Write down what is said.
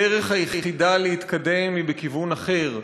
הדרך היחידה להתקדם היא בכיוון אחר: